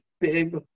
big